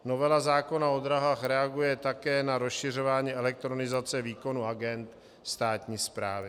Novela zákona o dráhách reaguje také na rozšiřování elektronizace výkonu agend státní správy.